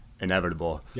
inevitable